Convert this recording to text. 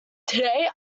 today